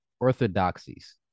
orthodoxies